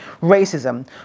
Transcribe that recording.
racism